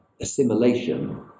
Assimilation